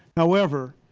however,